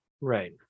Right